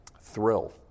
thrill